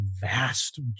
vast